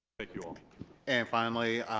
thank you all and finally